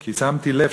כי שמתי לב,